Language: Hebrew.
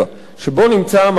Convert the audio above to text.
שבו נמצא המאהל,